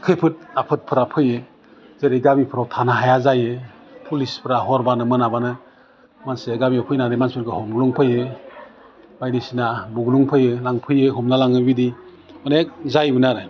खैफोद आफोदफोरा फैयो जेरै गामिफ्राव थानो हाया जायो पुलिसफ्रा हरबानो मोनाबानो माखासे गामियाव फैनानै मानसिफोरखौ हमग्लुंफैयो बायदिसिना बुग्लुंफैयो लांफैयो हमना लाङो बिदि अनेक जायोमोन आरो